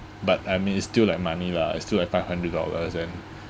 but I mean it's still like money lah It's still like five hundred dollars and